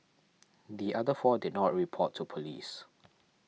the other four did not report to police